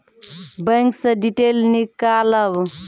Bank से detail नीकालव?